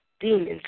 Demons